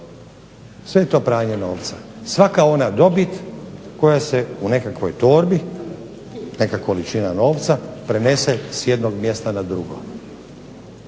sve je to pranje novca, svaka ona dobit koja se u nekakvoj torbi neka količina novca prenese s jednog mjesta na drugo.